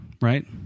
right